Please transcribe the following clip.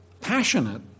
passionate